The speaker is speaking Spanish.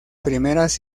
primeras